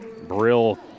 Brill